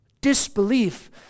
Disbelief